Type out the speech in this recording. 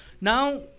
Now